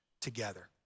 together